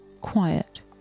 Quiet